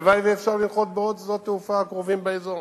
הלוואי שיהיה אפשר לנחות בעוד שדות תעופה קרובים באזור,